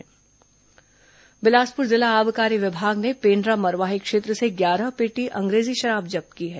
शराब जब्त बिलासपुर जिला आबकारी विभाग ने पेण्ड्रा मरवाही क्षेत्र से ग्यारह पेटी अंग्रेजी शराब जब्त की है